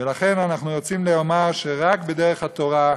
ולכן, אנחנו רוצים לומר שרק בדרך התורה,